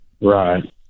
Right